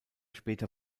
später